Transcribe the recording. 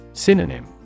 Synonym